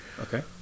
Okay